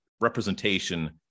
representation